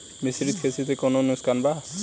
मिश्रित खेती से कौनो नुकसान बा?